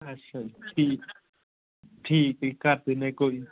ਅੱਛਾ ਜੀ ਠੀਕ ਠੀਕ ਜੀ ਕਰ ਦਿੰਦੇ ਕੋਈ ਨਹੀਂ